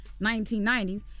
1990s